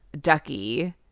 Ducky